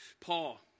Paul